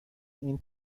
این